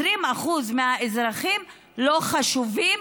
20% מהאזרחים, לא חשובים